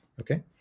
Okay